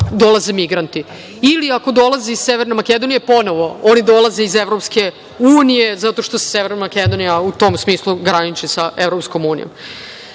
dolaze migranti. Ili, ako dolaze iz Severne Makedonije, ponovo oni dolaze iz EU zato što se Severna Makedonija u tom smislu graniči sa EU.Dakle,